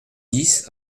dix